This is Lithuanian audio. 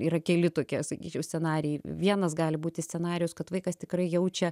yra keli tokie sakyčiau scenarijai vienas gali būti scenarijus kad vaikas tikrai jaučia